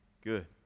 good